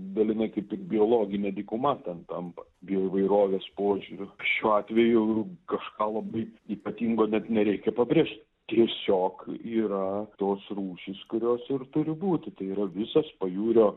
dalinai kaip ir biologinė dykuma ten tampa bioįvairovės požiūriu šiuo atveju kažką labai ypatingo net nereikia pabrėžt tiesiog yra tos rūšys kurios ir turi būti tai yra visas pajūrio